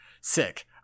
sick